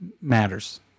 matters